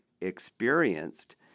experienced